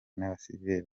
n’abasivili